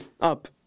up